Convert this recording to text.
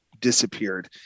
disappeared